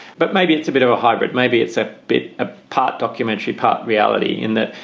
but maybe it's a bit of a hybrid, maybe it's a bit a part documentary, part reality in that,